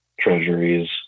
treasuries